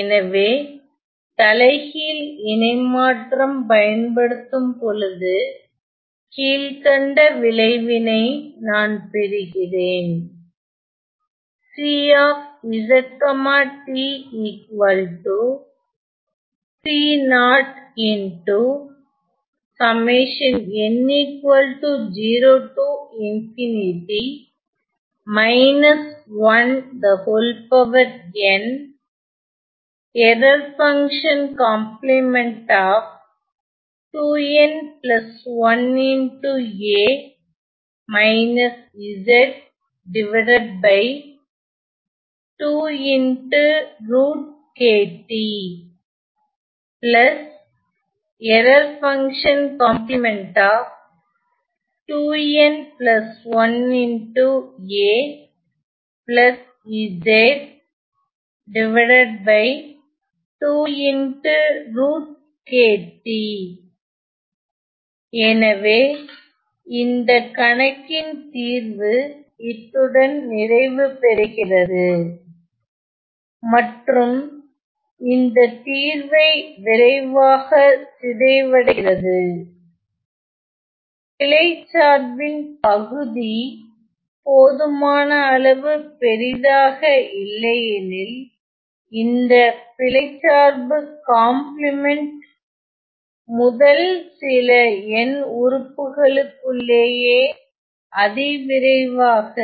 எனவே தலைகீழ் இணைமாற்றம் பயன்படுத்தும்பொழுது கீழ்கண்ட விளைவினை நான் பெறுகிறேன் எனவே இந்தக் கணக்கின் தீர்வு இத்துடன் நிறைவு பெறுகிறது மற்றும் இந்த தீர்வு விரைவாக சிதைவடைகிறது பிழைச் சார்பின் பகுதி போதுமான அளவு பெரிதாக இல்லையெனில் இந்த பிழைச் சார்பு காம்ப்ளிமென்ட் முதல் சில n உறுப்புகளுக்குள்ளேயே அதிவிரைவாக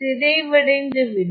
சிதைவடைந்து விடும்